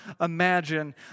imagine